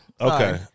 Okay